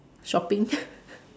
shopping